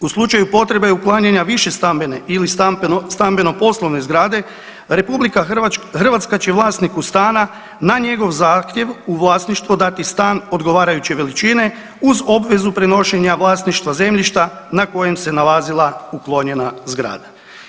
U slučaju potrebe uklanjanja višestambene ili stambeno-poslovne zgrade RH će vlasniku stana na njegov zahtjev u vlasništvo dati stan odgovarajuće veličine uz obvezu prenošenja vlasništva zemljišta na kojem se nalazila uklonjena zgrada.